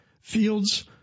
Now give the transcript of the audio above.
Fields